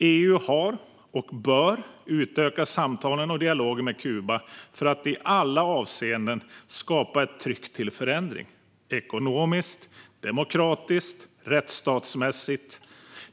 EU har utökat, och bör utöka, samtalen och dialogen med Kuba för att i alla avseenden skapa ett tryck till förändring ekonomiskt, demokratiskt och rättsstatsmässigt.